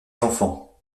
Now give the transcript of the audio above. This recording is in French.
enfants